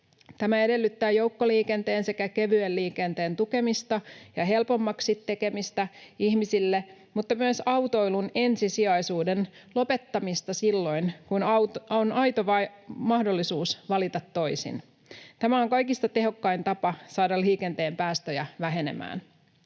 Tämä edellyttää joukkoliikenteen sekä kevyen liikenteen tukemista ja helpommaksi tekemistä ihmisille, mutta myös autoilun ensisijaisuuden lopettamista silloin, kun on aito mahdollisuus valita toisin. Tämä on kaikista tehokkain tapa saada liikenteen päästöjä vähenemään.